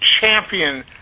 champion